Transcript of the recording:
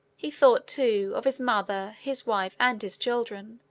he thought, too, of his mother, his wife, and his children,